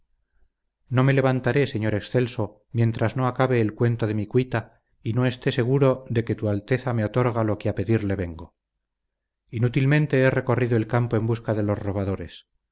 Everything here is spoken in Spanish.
no me levantaré señor excelso mientras no acabe el cuento de mi cuita y no este seguro de que tu alteza me otorga lo que a pedirte vengo inútilmente he recorrido el campo en busca de los robadores